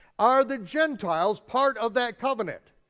are the gentiles part of that covenant?